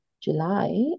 July